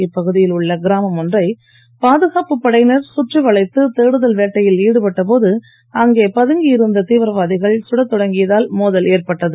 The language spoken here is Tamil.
இப்பகுதியில் உள்ள கிராமம் ஒன்றை பாதுகாப்புப் படையினர் சுற்றி வளைத்து தேடுதல் வேட்டையில் ஈடுபட்ட போது அங்கே பதுங்கி இருந்த தீவிரவாதிகள் சுடத் தொடங்கியதால் மோதல் ஏற்பட்டது